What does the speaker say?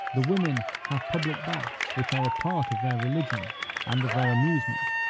the women have public baths, which are a part of their religion and of their amusement,